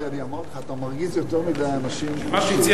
מה שהציע